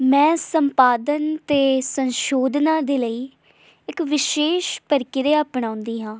ਮੈਂ ਸੰਪਾਦਨ ਅਤੇ ਸੰਸ਼ੋਧਨਾਂ ਦੇ ਲਈ ਇੱਕ ਵਿਸ਼ੇਸ਼ ਪ੍ਰਕਿਰਿਆ ਅਪਣਾਉਂਦੀ ਹਾਂ